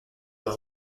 have